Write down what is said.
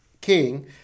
king